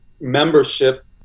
membership